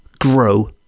grow